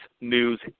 news